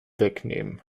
wegnehmen